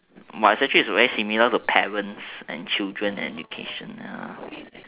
but it's actually very similar to parents and children education